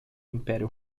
império